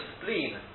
spleen